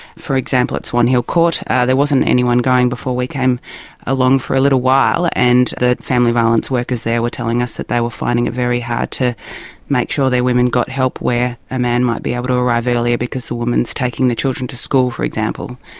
for example, at swan hill court there wasn't anyone going before we came along for a little while, and the family violence workers there were telling us that they were finding it very hard to make sure their women got help where a man might be able to arrive earlier because the woman's taking the children to school, for example.